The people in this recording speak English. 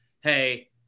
hey